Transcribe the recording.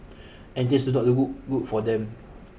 and things do not look good for them